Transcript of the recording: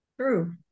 True